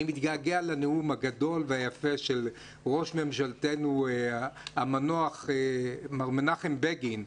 אני מתגעגע לנאום הגדול והיפה של ראש ממשלתנו המנוח מר מנחם בגין,